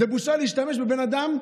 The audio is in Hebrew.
זה בושה להשתמש בבן אדם,